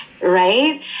right